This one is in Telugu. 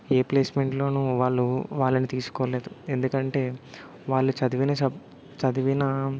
ఏ ప్లేస్మెంట్లోనూ వాళ్ళు వాళ్ళని తీసుకోలేదు ఎందుకంటే వాళ్ళు చదివిన సబ్ చదివిన